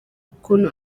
ukuntu